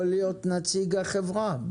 בבדיקות יכול להיות נוכח נציג החברה.